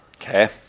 Okay